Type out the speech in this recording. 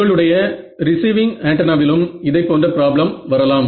உங்களுடைய ரிசீவிங் ஆண்டென்னாவிலும் இதைப்போன்ற பிராப்ளம் வரலாம்